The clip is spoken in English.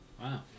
wow